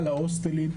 על ההוסטלים,